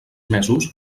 mesos